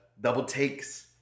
double-takes